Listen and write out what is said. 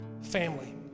family